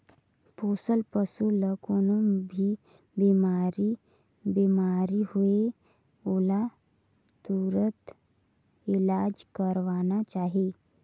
पोसल पसु ल कोनों भी बेमारी होये ओला तुरत इलाज करवाना चाही